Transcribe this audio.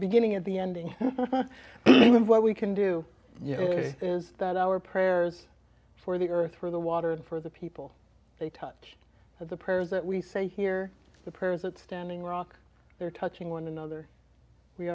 beginning at the ending what we can do is that our prayers for the earth for the water and for the people they touch have the prayers that we say here the prayers at standing rock there touching one another we